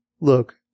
Look